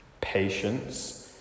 patience